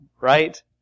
right